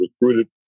recruited